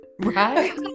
Right